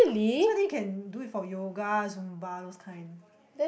so they can do it for yoga zumba those kind